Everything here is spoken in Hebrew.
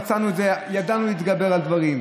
ידענו להתגבר על דברים.